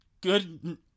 Good